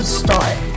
start